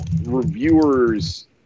reviewers